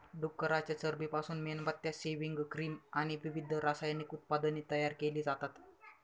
डुकराच्या चरबीपासून मेणबत्त्या, सेव्हिंग क्रीम आणि विविध रासायनिक उत्पादने तयार केली जातात